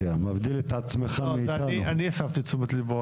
את אומרת שלא צריך שום כלי אחר.